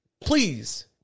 please